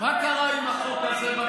מה קרה עם החוק הזה, מה